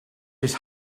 his